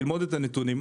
ללמוד את הנתונים,